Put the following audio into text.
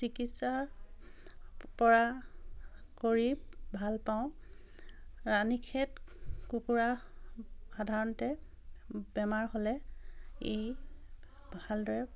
চিকিৎসাপৰা কৰি ভাল পাওঁ ৰাণী খেত কুকুৰা সাধাৰণতে বেমাৰ হ'লে ই ভালদৰে